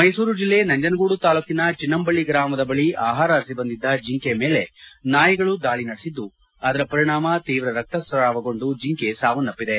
ಮೈಸೂರು ಜಿಲ್ಲೆ ನಂಜನಗೂಡು ತಾಲ್ಲೂಕಿನ ಚಿನ್ನಂಬಳ್ಳಿ ಗ್ರಾಮದಲ್ಲಿ ಬಳಿ ಆಹಾರ ಅರಸಿ ಬಂದಿದ್ದ ಜಿಂಕೆ ಮೇಲೆ ನಾಯಿಗಳು ದಾಳಿ ನಡೆಸಿದ್ದು ಪರಿಣಾಮ ತೀವ್ರ ರಕ್ತಸ್ರಾವಗೊಂಡು ಜಿಂಕೆ ಸಾವನ್ನಪ್ಪಿದೆ